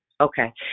Okay